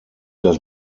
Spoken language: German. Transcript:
das